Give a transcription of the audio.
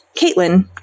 Caitlin